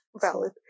Valid